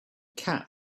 cat